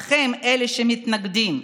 אלה שמתנגדים,